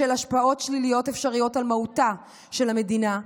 בשל השפעות שליליות אפשריות על מהותה של המדינה,